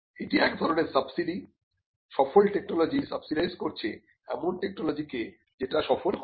এটি এক ধরনের সাবসিডি সফল টেকনোলজি সাবসিডাইস করছে এমন টেকনোলজি কে যেটা সফল হয়নি